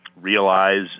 realize